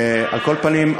על כל פנים,